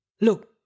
Look